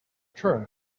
turn